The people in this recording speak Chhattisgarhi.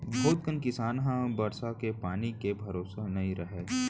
बहुत कन किसान ह बरसा के पानी के भरोसा नइ रहय